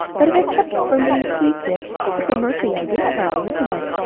but if it kept her from being seasick it's a mercy i did prowl, isn't it?